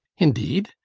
indeed!